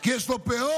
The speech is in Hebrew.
כי יש לו פאות?